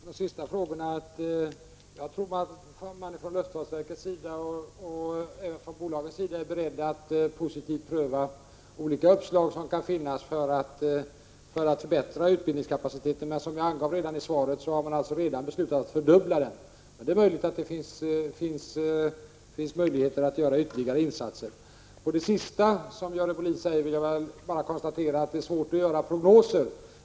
Herr talman! Jag kan bara på de sista frågorna svara att jag tror att man från luftfartsverket och även från bolagens sida är beredd att positivt pröva olika uppslag som kan finnas för att förbättra utbildningskapaciteten. Som jag angav i mitt svar har man redan beslutat att fördubbla den, men det kan finnas möjligheter att göra ytterligare insatser. När det gäller det senaste som Görel Bohlin sade vill jag bara konstatera att det är svårt att göra prognoser.